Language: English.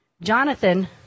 Jonathan